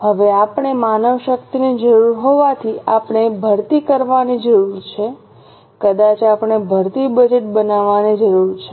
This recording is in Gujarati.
હવે આપણે માનવશક્તિની જરૂર હોવાથી આપણે ભરતી કરવાની જરૂર છે કદાચ આપણે ભરતી બજેટ બનાવવાની જરૂર છે